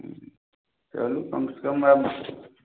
चलू कमसँ कम आब